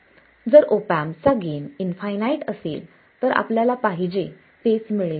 जर ऑप एम्पचा gain infinite असेल तर आपल्याला पाहिजे तेच मिळेल